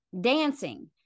dancing